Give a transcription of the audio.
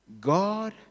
God